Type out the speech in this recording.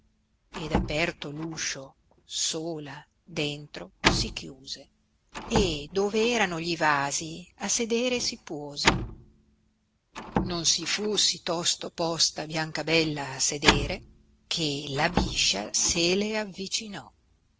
ed aperto uscio sola dentro si chiuse e dove erano gli vasi a sedere si puose non si fu sì tosto posta biancabella a sedere che la biscia se le avicinò